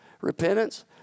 Repentance